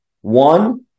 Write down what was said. One